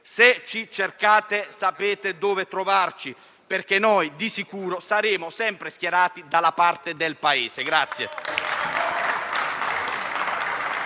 Se ci cercate, sapete dove trovarci perché noi, di sicuro, saremo sempre schierati dalla parte del Paese.